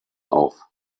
auf